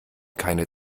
keine